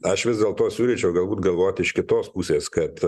aš vis dėlto siūlyčiau galbūt galvoti iš kitos pusės kad